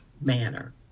manner